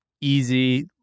easy